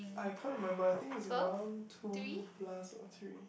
I can't remember I think is around two plus or three